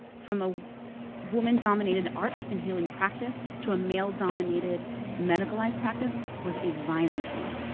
from a woman-dominated art and healing practice to a male-dominated, medicalized practice was a violent one.